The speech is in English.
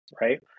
right